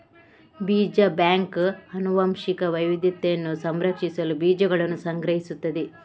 ಬೀಜ ಬ್ಯಾಂಕ್ ಆನುವಂಶಿಕ ವೈವಿಧ್ಯತೆಯನ್ನು ಸಂರಕ್ಷಿಸಲು ಬೀಜಗಳನ್ನು ಸಂಗ್ರಹಿಸುತ್ತದೆ